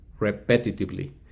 repetitively